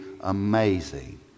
amazing